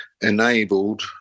enabled